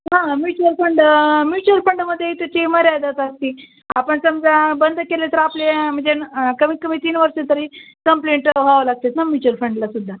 हां mutual fund mutual फंडमध्ये त्याची मर्यादाच असती आपण समजा बंद केले तर आपले म्हणजे कमीतकमी तीन वर्ष तरी कंप्लेंट व्हावं लागते आहेत न म्युचुअल फंडलासुद्धा